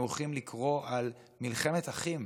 הם הולכים לקרוא על מלחמת אחים,